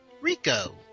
Rico